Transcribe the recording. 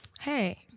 Hey